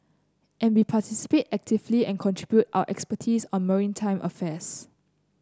and we participate actively and contribute our expertise on maritime affairs